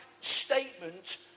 statement